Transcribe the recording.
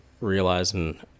realizing